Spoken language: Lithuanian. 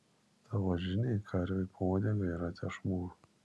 tavo žiniai karvei po uodega yra tešmuo